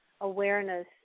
awareness